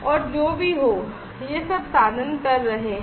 और जो भी हो यह सब साधन कर रहे हैं